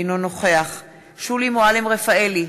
אינו נוכח שולי מועלם-רפאלי,